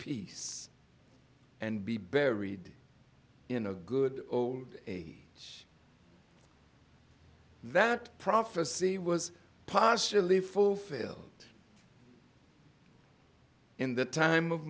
peace and be buried in a good old age that prophecy was partially fulfill in the time of